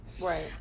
right